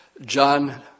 John